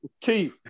Keith